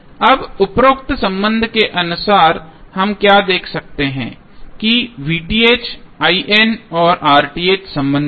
अब उपरोक्त संबंध के अनुसार हम क्या देख सकते हैं कि और संबंधित हैं